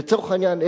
לצורך העניין,